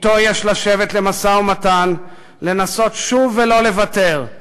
אתו יש לשבת למשא-ומתן, לנסות שוב ולא לוותר.